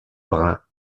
brun